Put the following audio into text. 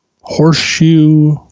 horseshoe